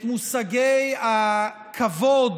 את מושגי הכבוד,